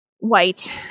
White